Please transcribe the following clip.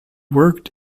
worked